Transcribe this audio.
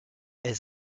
est